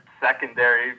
secondary